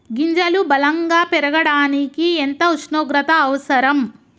గింజలు బలం గా పెరగడానికి ఎంత ఉష్ణోగ్రత అవసరం?